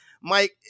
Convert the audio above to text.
Mike